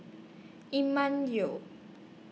Emma Yeo